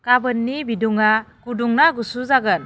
गाबोननि बिदुङा गुदु ना गुसु जागोन